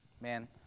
Man